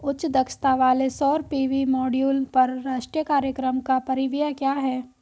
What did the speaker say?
उच्च दक्षता वाले सौर पी.वी मॉड्यूल पर राष्ट्रीय कार्यक्रम का परिव्यय क्या है?